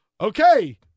okay